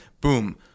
boom